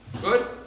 Good